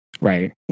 right